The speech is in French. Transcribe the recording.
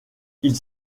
ils